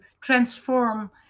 transform